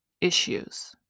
issues